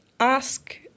ask